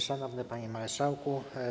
Szanowny Panie Marszałku!